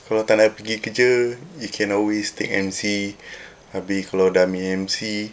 kalau tak nak pergi kerja you can always take M_C tapi kalau dah ambil M_C